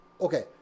okay